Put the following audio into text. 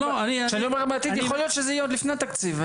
כשאני אומר "בעתיד" יכול להיות שזה יהיה עוד לפני התקציב.